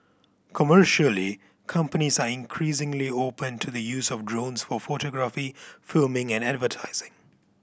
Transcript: commercially companies are increasingly open to the use of drones for photography filming and advertising